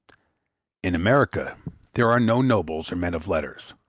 in america there are no nobles or men of letters,